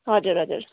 हजुर हजुर